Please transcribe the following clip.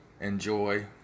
enjoy